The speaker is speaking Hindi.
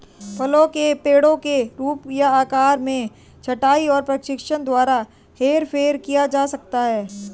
फलों के पेड़ों के रूप या आकार में छंटाई और प्रशिक्षण द्वारा हेरफेर किया जा सकता है